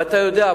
ואתה יודע,